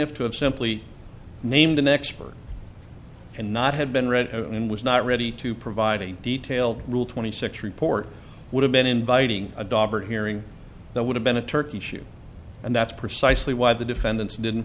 plaintiff to have simply named an expert and not had been read and was not ready to provide a detailed rule twenty six report would have been inviting a daughter hearing that would have been a turkey shoot and that's precisely why the defendants didn't